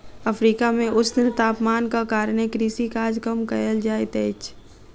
Africa मे ऊष्ण तापमानक कारणेँ कृषि काज कम कयल जाइत अछि